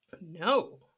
No